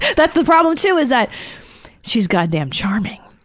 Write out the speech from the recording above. that's the problem too, is that she's god-damn charming.